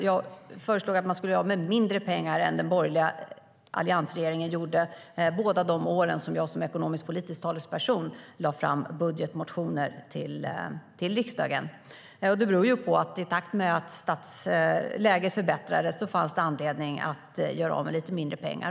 Jag föreslog att man skulle göra av med mindre pengar än den borgerliga alliansregeringen gjorde båda de år som jag som ekonomisk-politisk talesperson lade fram budgetmotioner för riksdagen. Det beror på att det i takt med att läget förbättrades fanns anledning att göra av med lite mindre pengar.